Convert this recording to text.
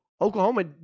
Oklahoma